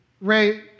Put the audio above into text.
Ray